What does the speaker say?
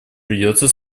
придется